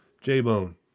J-Bone